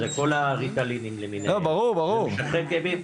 זה כל הריטלינים למיניהם ומשככי כאבים,